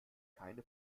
keine